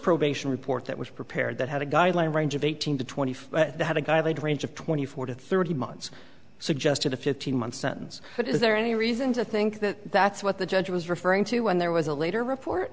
probation report that was prepared that had a guideline range of eighteen to twenty five had a guy they'd range of twenty four to thirty months suggested a fifteen month sentence but is there any reason to think that that's what the judge was referring to when there was a later report